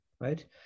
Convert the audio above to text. right